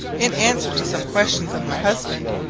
in answer to some questions of my husband,